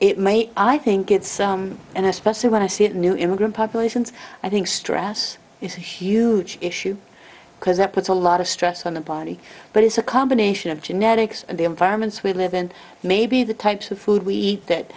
may i think it's an especially when i see a new immigrant populations i think stress is a huge issue because that puts a lot of stress on the body but it's a combination of genetics and the environments we live in maybe the types of food we eat that